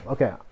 Okay